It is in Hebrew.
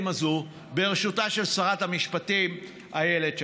הזאת בראשותה של שרת המשפטים איילת שקד.